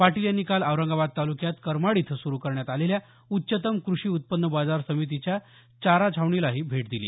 पाटील यांनी काल औरंगाबाद तालुक्यात करमाड इथं सुरू करण्यात आलेल्या उच्चतम कृषी उत्पन्न बाजार समितीच्या चारा छावणीलाही भेट दिली